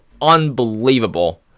unbelievable